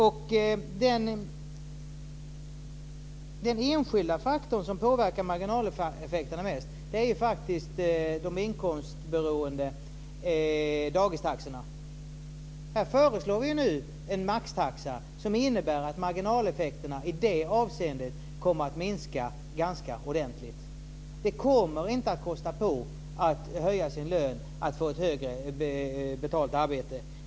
Den enskilda faktor som påverkar marginaleffekterna mest är faktiskt de inkomstberoende dagistaxorna. Vi föreslår nu en maxtaxa som innebär att marginaleffekterna i det avseendet kommer att minska ganska ordentligt. Det kommer inte att kosta på att höja sin lön, att få ett högre betalt arbete.